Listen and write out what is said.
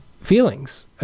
feelings